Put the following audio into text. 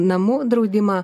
namų draudimą